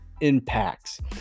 impacts